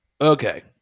okay